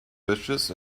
wishes